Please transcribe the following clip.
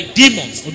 demons